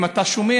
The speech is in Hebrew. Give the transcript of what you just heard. אם אתה שומע,